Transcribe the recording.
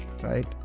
right